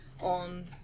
on